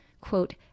quote